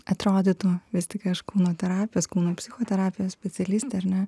atrodytų vis tik aš kūno terapijos kūno psichoterapijos specialistė ar ne